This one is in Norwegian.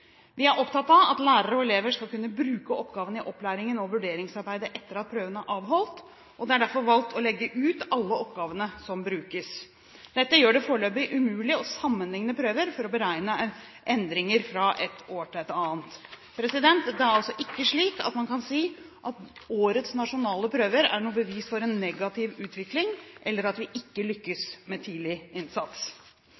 Vi er opptatt av at lærere og elever skal kunne bruke oppgavene i opplæringen og vurderingsarbeidet etter at prøvene er avholdt. Det er derfor valgt å legge ut alle oppgavene som brukes. Dette gjør det foreløpig umulig å sammenligne prøver for å beregne endringer fra et år til et annet. Det er altså ikke slik at man kan si at årets nasjonale prøver er noe bevis for en negativ utvikling eller at vi ikke